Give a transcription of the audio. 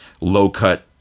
low-cut